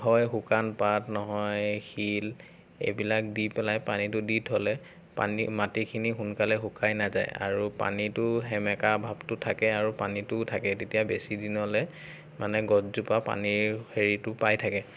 হয় শুকান পাত নহয় শিল এইবিলাক দি পেলাই পানীটো দি থলে পানী মাটিখিনি সোনকালে শুকাই নাযায় আৰু পানীটো সেমেকা ভাৱটো থাকে আৰু পানীতোও থাকে তেতিয়া বেছি দিনলৈ মানে গছজোপা পানীৰ হেৰিটো পাই থাকে